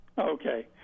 Okay